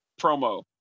promo